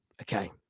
Okay